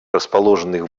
расположенных